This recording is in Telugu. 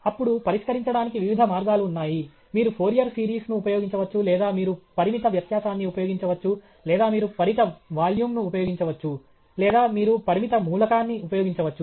అప్పుడు పరిష్కరించడానికి వివిధ మార్గాలు ఉన్నాయి మీరు ఫోరియర్ సిరీస్ ను ఉపయోగించవచ్చు లేదా మీరు పరిమిత వ్యత్యాసాన్ని ఉపయోగించవచ్చు లేదా మీరు పరిమిత వాల్యూమ్ను ఉపయోగించవచ్చు లేదా మీరు పరిమిత మూలకాన్ని ఉపయోగించవచ్చు